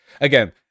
again